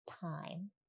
time